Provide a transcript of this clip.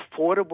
affordable